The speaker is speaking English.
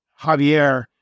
Javier